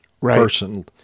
person